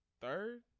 third